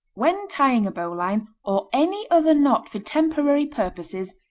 when tying a bowline, or any other knot for temporary purposes,